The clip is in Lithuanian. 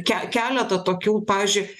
ke keletą tokių pavyzdžiui